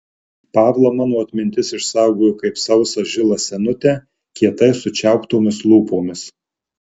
pavlą mano atmintis išsaugojo kaip sausą žilą senutę kietai sučiauptomis lūpomis